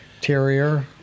terrier